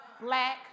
black